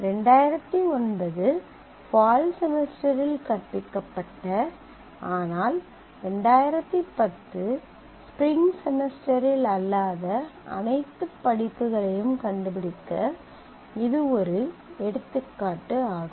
2009 fall செமஸ்டரில் கற்பிக்கப்பட்ட ஆனால் 2010 ஸ்ப்ரிங் செமஸ்டரில் அல்லாத அனைத்து படிப்புகளையும் கண்டுபிடிக்க இது ஒரு எடுத்துக்காட்டு ஆகும்